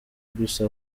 gusa